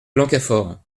blancafort